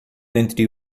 entre